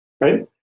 right